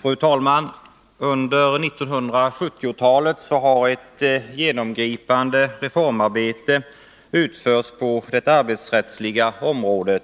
Fru talman! Under 1970-talet har ett genomgripande reformarbete utförts på det arbetsrättsliga området.